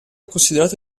considerato